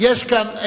יש כאן,